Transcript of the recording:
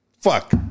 Fuck